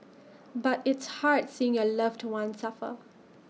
but it's hard seeing your loved one suffer